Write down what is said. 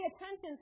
attention